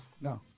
No